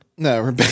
No